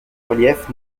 relief